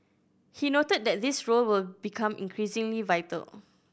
he noted that this role will become increasingly vital